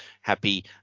Happy